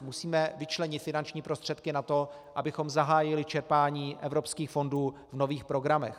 Musíme vyčlenit finanční prostředky na to, abychom zahájili čerpání evropských fondů v nových programech.